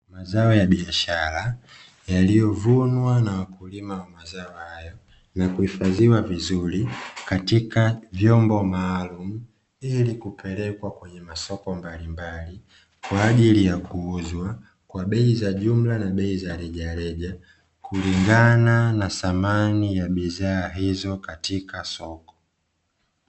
Mazao ya biashara yaliyovunwa na wakulima wa mazao hayo na kuhifadhiwa vizuri katika vyombo maalumu, ili kupelekwa kwenye masoko mbalimbali kwaajili ya kuuzwa kwa bei za jumla na rejareja kulingana na thamani ya bidhaa hizo katika soko.